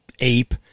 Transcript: Ape